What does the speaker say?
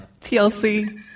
TLC